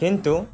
কিন্তু